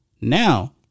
Now